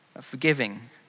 forgiving